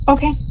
Okay